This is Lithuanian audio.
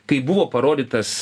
kai buvo parodytas